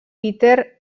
peter